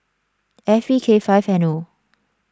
F B K five N O